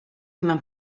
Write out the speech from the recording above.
human